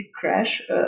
crash